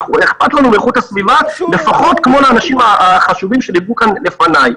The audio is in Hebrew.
אכפת לנו מאיכות הסביבה לפחות כמו שלאנשים החשובים שדיברו כאן לפניי.